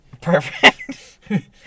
Perfect